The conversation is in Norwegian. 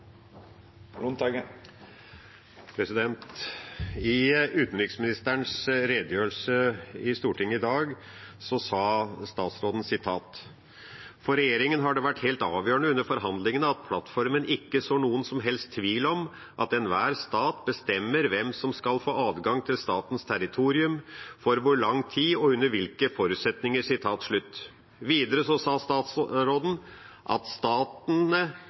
I utenriksministerens redegjørelse i Stortinget i dag sa hun: «For regjeringen har det vært helt avgjørende under forhandlingene at plattformen ikke sår noen som helst tvil om at enhver stat bestemmer selv hvem som skal få adgang til statens territorium, for hvor lang tid og under hvilke forutsetninger.» Videre sa utenriksministeren at